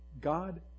God